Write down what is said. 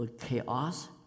Chaos